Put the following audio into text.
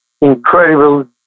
incredible